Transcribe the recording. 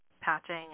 patching